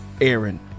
aaron